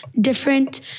different